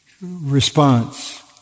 response